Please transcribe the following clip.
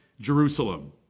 Jerusalem